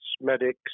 medics